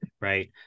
right